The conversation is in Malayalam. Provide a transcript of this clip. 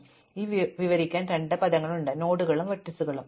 അതിനാൽ ഇത് വിവരിക്കാൻ രണ്ട് പദങ്ങളുണ്ട് നോഡുകളും വെർട്ടീസുകളും